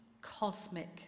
cosmic